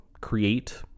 create